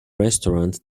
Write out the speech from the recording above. restaurant